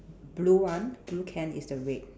blue one blue can is the red